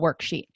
worksheet